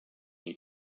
you